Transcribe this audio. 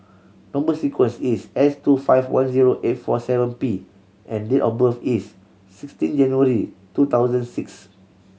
number sequence is S two five one zero eight four seven P and date of birth is sixteen January two thousand six